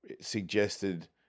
suggested